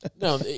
No